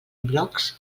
blogs